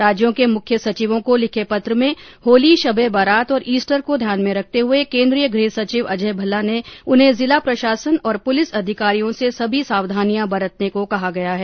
राज्यों के मुख्य सचिवों को लिखे पत्र में होली शब ए बरात और ईस्टर को ध्यान में रखते हुए केन्द्रीय गृह सचिव अजय भल्ला ने उन्हें जिला प्रशासन और पुलिस अधिकारियों से सभी सावधानियाँ बरतने को कहा गया है